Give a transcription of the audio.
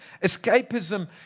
Escapism